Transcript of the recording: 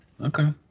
Okay